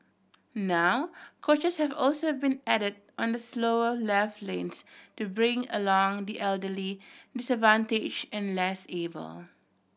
now coaches have also been added on the slower left lanes to bring along the elderly disadvantage and less able